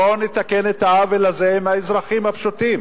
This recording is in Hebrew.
בואו נתקן את העוול הזה לאזרחים הפשוטים,